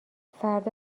فردا